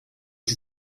sie